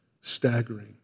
Staggering